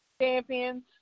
Champions